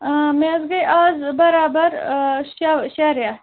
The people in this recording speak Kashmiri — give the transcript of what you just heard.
مےٚ حظ گٕے آز برابَر شےٚ شےٚ رٮ۪تھ